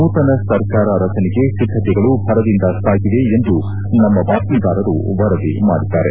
ನೂತನ ಸರ್ಕಾರ ರಚನೆಗೆ ಸಿದ್ದತೆಗಳು ಭರದಿಂದ ಸಾಗಿವೆ ಎಂದು ನಮ್ಮ ಬಾತ್ಮೀದಾರರು ವರದಿ ಮಾಡಿದ್ದಾರೆ